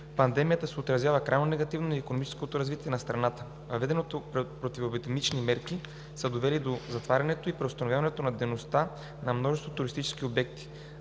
Пандемията се отразява крайно негативно на икономическото развитие на страната. Въведените противоепидемични мерки са довели до затварянето и преустановяването на дейността на множество туристически обекти.